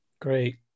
Great